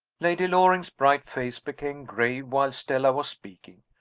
lady loring's bright face became grave while stella was speaking.